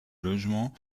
logement